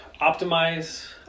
optimize